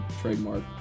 trademark